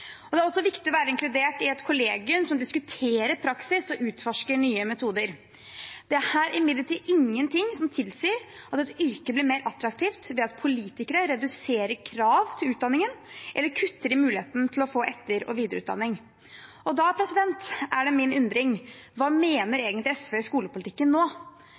imidlertid ingenting som tilsier at et yrke blir mer attraktivt ved at politikere reduserer krav til utdanningen eller kutter i muligheten til å få etter- og videreutdanning. Da er det min undring: Hva mener egentlig SV i skolepolitikken nå?